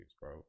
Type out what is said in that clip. bro